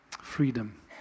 Freedom